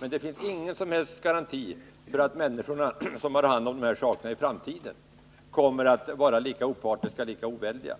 Men det finns ingen som helst garanti för att de människor som skall ha hand om dessa ärenden i framtiden alltid kommer att vara lika opartiska och lika oväldiga.